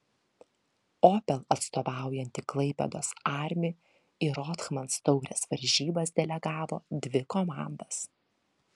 opel atstovaujanti klaipėdos armi į rothmans taurės varžybas delegavo dvi komandas